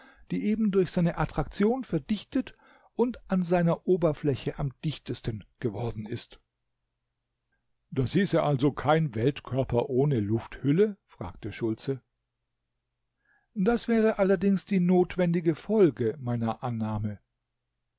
die eben durch seine attraktion verdichtet und an seiner oberfläche am dichtesten geworden ist das hieße also kein weltkörper ohne lufthülle fragte schultze das wäre allerdings die notwendige folge meiner annahme